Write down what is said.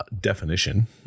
definition